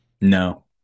No